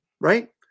right